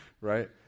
Right